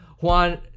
Juan